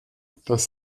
das